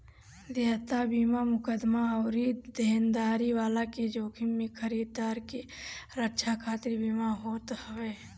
देयता बीमा मुकदमा अउरी देनदारी वाला के जोखिम से खरीदार के रक्षा खातिर बीमा होत हवे